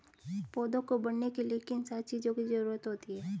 पौधों को बढ़ने के लिए किन सात चीजों की जरूरत होती है?